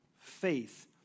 faith